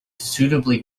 suitably